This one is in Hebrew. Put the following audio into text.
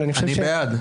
אני בעד.